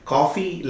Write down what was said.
Coffee